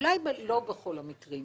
אולי לא בכל המקרים,